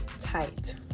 tight